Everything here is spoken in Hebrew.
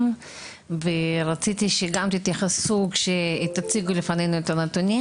ורציתי שתתייחסו כשתציגו לפנינו את הנתונים,